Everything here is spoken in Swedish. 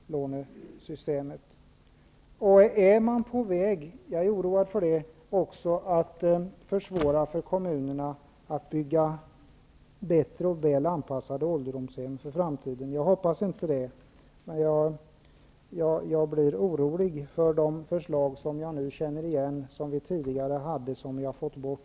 Är man på väg -- jag är oroad för det också -- att försvåra för kommunerna att bygga bättre och väl anpassade ålderdomshem för framtiden? Jag hoppas inte det. Men jag blir orolig när jag känner igen tidigare förslag som vi nu har fått bort.